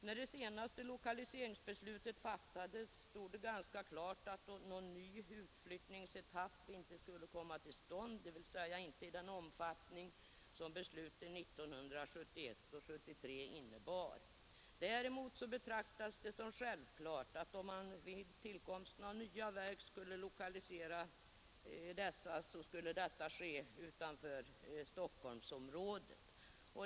När det senaste lokaliseringsbeslutet fattades stod det ganska klart att någon ny utflyttningsetapp inte skulle komma till stånd, dvs. inte i den omfattning som besluten 1971 och 1973 innebar. Däremot betraktades det som självklart att man vid tillkomsten av nya verk skulle lokalisera dessa utanför Stockholmsområdet.